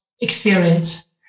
experience